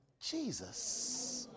Jesus